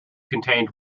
contained